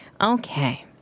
Okay